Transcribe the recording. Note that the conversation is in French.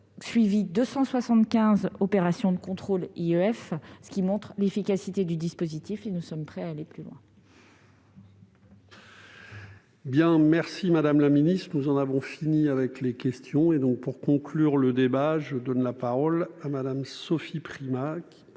suivi 275 opérations de contrôle sur les IEF, ce qui montre l'efficacité du dispositif, et nous sommes prêts à aller plus loin.